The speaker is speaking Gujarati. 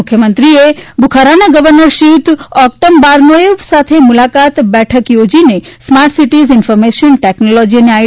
મુખ્યમંત્રીશ્રીએ બુખારાના ગર્વનર શ્રીયુત ઓકટમ બારનોથેવ સાથે મૂલાકાત બેઠક યોજીને સ્માર્ટ સિટીઝ ઇન્ફરમેશન ટેકનોલોજી અને આઇ